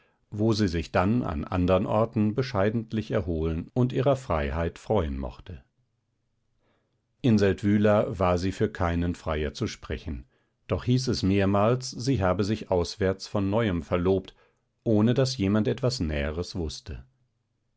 wo sie sich dann an andern orten bescheidentlich erholen und ihrer freiheit freuen mochte in seldwyla war sie für keinen freier zu sprechen doch hieß es mehrmals sie habe sich auswärts von neuem verlobt ohne daß jemand etwas näheres wußte